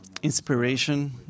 Inspiration